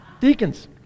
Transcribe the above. deacons